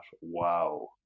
wow